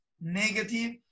negative